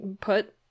put